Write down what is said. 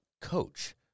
coach